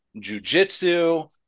jujitsu